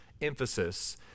emphasis